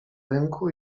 rynku